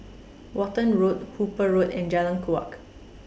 Walton Road Hooper Road and Jalan Kuak